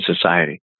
society